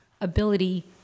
ability